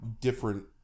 different